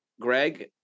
Greg